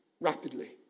rapidly